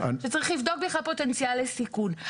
שצריך לבדוק בכלל פוטנציאל לסיכון.